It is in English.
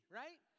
right